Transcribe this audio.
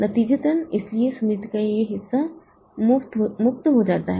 नतीजतन इसलिए स्मृति का यह हिस्सा मुक्त हो जाता है